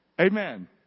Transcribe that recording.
Amen